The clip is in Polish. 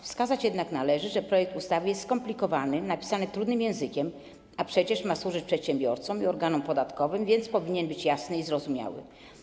Wskazać jednak należy, że projekt ustawy jest skomplikowany, napisany trudnym językiem, a przecież ma służyć przedsiębiorcom i organom podatkowym, więc powinien być jasny i zrozumiały.